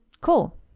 cool